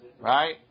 right